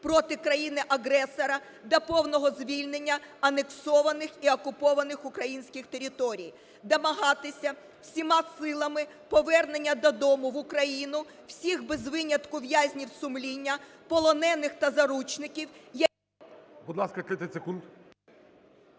проти країни-агресора, до повного звільнення анексованих і окупованих українських територій, домагатися всіма силами повернення додому в Україну всіх без винятку в'язнів сумління, полонених та заручників…" ГОЛОВУЮЧИЙ. Будь ласка, 30 секунд.